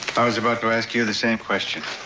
i was about to ask you the same question.